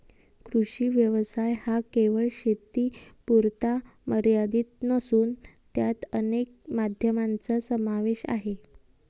कृषी व्यवसाय हा केवळ शेतीपुरता मर्यादित नसून त्यात अनेक माध्यमांचा समावेश आहे